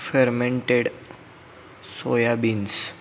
fermented soybeans